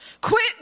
Quit